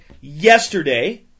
yesterday